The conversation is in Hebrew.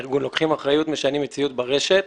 ארגון לוקחים אחריות משנים מציאות ברשת.